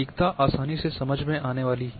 सटीकता आसानी से है समझ में आने वाली